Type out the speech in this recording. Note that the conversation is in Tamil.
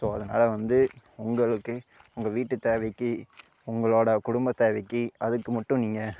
ஸோ அதனால வந்து உங்களுக்கு உங்க வீட்டு தேவைக்கு உங்களோடய குடும்ப தேவைக்கு அதுக்கு மட்டும் நீங்கள்